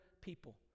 people